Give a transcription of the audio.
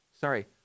sorry